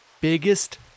biggest